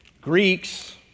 Greeks